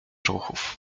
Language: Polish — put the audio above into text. ruchów